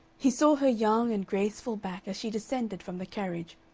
he saw her young and graceful back as she descended from the carriage,